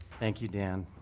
thank you, dan,